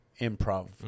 Improv